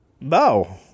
No